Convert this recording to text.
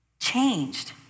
changed